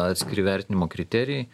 atskiri vertinimo kriterijai